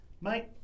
Mate